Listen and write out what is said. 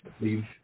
leave